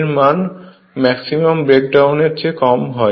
এর মান ম্যাক্সিমাম ব্রেকডাউনের চেয়ে কম হয়